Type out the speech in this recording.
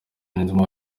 niyonzima